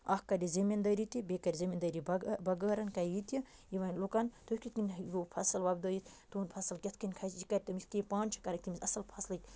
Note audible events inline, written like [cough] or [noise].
اَکھ کَرِ یہِ زٔمیٖندٲری تہِ بیٚیہِ کَرِ زٔمیٖندٲری [unintelligible] بَغٲرَن کَرِ یہِ کہِ یہِ وَنہِ لُکَن تُہۍ کِتھ کٔنۍ ہیٚکوٕ فصٕل وۄپدٲیِتھ تُہُنٛد فصل کِتھ کٔنۍ کھَسہِ یہِ کَرِ تٔمِس یِتھ کٔنۍ یہِ پانہٕ چھِ کَران [unintelligible] تٔمِس اَصٕل فصلٕکۍ